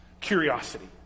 Curiosity